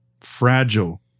fragile